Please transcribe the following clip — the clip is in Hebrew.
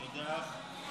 תודה.